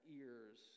ears